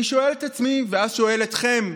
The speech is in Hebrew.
אני שואל את עצמי ואז שואל אתכם,